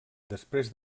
després